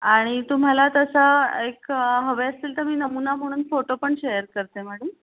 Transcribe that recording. आणि तुम्हाला तसं एक हवे असतील तर मी नमुना म्हणून फोटो पण शेअर करते मॅडम